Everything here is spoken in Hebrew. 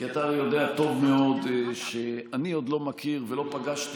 כי אתה הרי יודע טוב מאוד שאני עוד לא מכיר ולא פגשתי